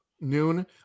noon